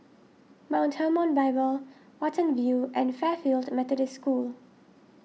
Mount Hermon Bible Watten View and Fairfield Methodist School